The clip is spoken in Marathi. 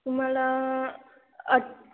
तुम्हाला